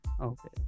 Okay